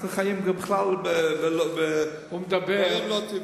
אנחנו חיים בכלל בדברים לא טבעיים.